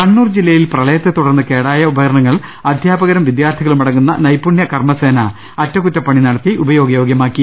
കണ്ണൂർ ജില്ലയിൽ പ്രളയത്തെത്തുടർന്ന് കേടായ ഉപകരണങ്ങൾ അധ്യാപകരും വിദ്യാർഥികളുമടങ്ങുന്ന നൈപുണ്യകർമ്മസേന അറ്റകുറ്റപ്പണി നടത്തി ഉപയോഗ യോഗൃമാക്കി